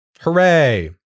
Hooray